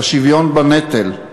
לשוויון בנטל.